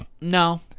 No